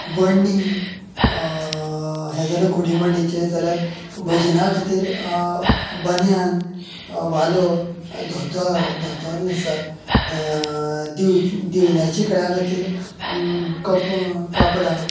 वडनी हे जाले घोडेमोडणीचे जाल्यार भजना खातीर बनीयान वालो धोतर धोतर न्हेंसतात दिव दिवल्यांचीं खेळा खातीर कप कापडां